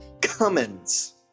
Cummins